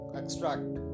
extract